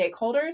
stakeholders